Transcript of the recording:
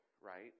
right